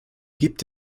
gibt